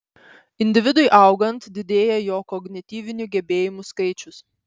individui augant didėja jo kognityvinių gebėjimų skaičius